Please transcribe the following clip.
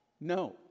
No